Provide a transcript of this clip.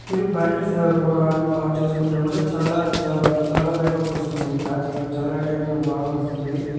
మీరు batteries mode on on చేసుకుంటే కూడా చాలా చా చాలా బ్యాకప్ వస్తుంది మనకి ఛార్జింగ్ చాలా టైం బాగా వస్తుంది